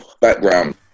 background